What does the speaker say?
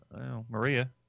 Maria